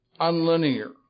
unlinear